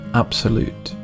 absolute